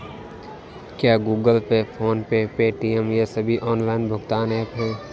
क्या Google pay phone pay Paytm ये सभी ऑनलाइन भुगतान ऐप हैं?